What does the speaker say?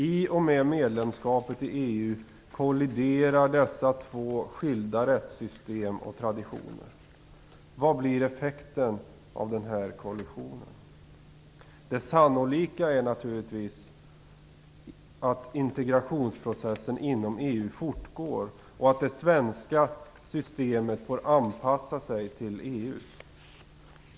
I och med medlemskapet i EU kolliderar dessa två skilda rättssystem och traditioner. Vad blir effekten av denna kollision? Det sannolika är naturligtvis att integrationsprocessen inom EU fortgår och att det svenska systemet bör anpassa sig till EU.